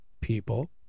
people